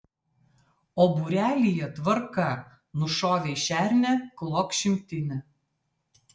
o būrelyje tvarka nušovei šernę klok šimtinę